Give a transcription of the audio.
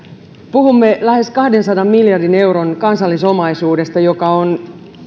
puhumme lähes kahdensadan miljardin euron kansallisomaisuudesta joka on